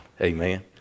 Amen